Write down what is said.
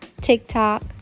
TikTok